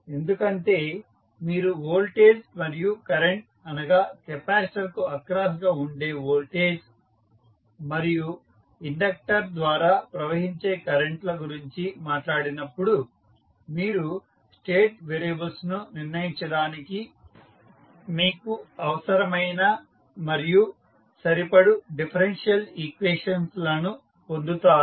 ఎందుకంటే మీరు వోల్టేజ్ మరియు కరెంట్ అనగా కెపాసిటర్ కు అక్రాస్ గా ఉండే వోల్టేజ్ మరియు ఇండక్టర్ ద్వారా ప్రవహించే కరెంటు ల గురించి మాట్లాడినప్పుడు మీరు స్టేట్ వేరియబుల్స్ ను నిర్ణయించడానికి మీకు అవసరమైన మరియు సరిపడు డిఫరెన్షియల్ ఈక్వేషన్స్ లను పొందుతారు